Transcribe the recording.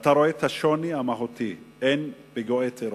אתה רואה את השוני המהותי: אין פיגועי טרור,